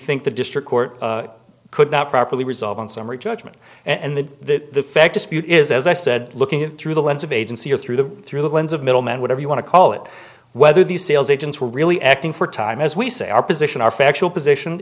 think the district court could not properly resolve in summary judgment and the fact is as i said looking in through the lens of agency or through the through the lens of middlemen whatever you want to call it whether these sales agents were really acting for time as we say our position our factual position